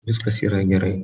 viskas yra gerai